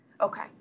Okay